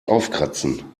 aufkratzen